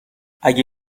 اگه